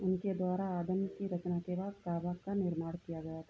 उनके द्वारा आदम की रचना के बाद काबा का निर्माण किया गया था